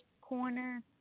corner